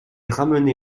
ramené